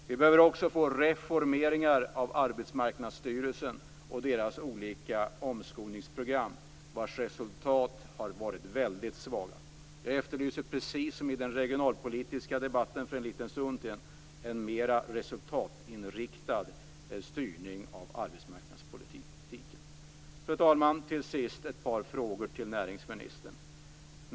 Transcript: Det behövs också reformeringar av Arbetsmarknadsstyrelsen och dess olika omskolningsprogram, vilkas resultat har varit väldigt svaga. Precis som i den regionalpolitiska debatten för en liten stund sedan efterlyser jag här en mera resultatinriktad styrning av arbetsmarknadspolitiken. Fru talman! Till sist har jag ett par frågor till näringsministern.